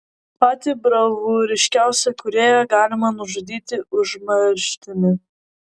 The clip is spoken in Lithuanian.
patį bravūriškiausią kūrėją galima nužudyti užmarštimi